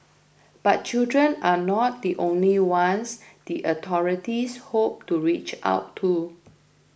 but children are not the only ones the authorities hope to reach out to